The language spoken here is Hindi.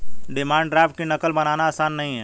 डिमांड ड्राफ्ट की नक़ल बनाना आसान नहीं है